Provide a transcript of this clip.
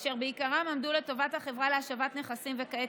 אשר בעיקרם עמדו לטובת החברה להשבת נכסים וכעת